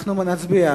אנחנו נצביע.